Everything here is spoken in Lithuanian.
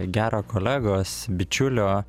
gero kolegos bičiulio